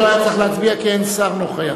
על ההסתייגות לא היה צריך להצביע, כי אין שר נוכח.